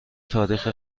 تاریخ